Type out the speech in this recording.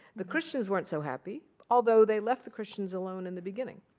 the christians weren't so happy. although, they left the christians alone in the beginning.